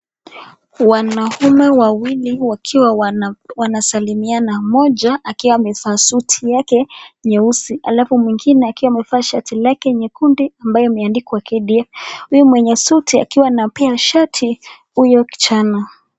Wanaume wawili wakiwa wanasalamiana, mmoja akiwa amevaa suti yake nyeusi alafu mwingine akiwa amevaa shati lake nyekundu ambayo imeandikwa KDF. Huyu mwenye suti akiwa anampea shati huyo kijana.